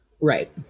right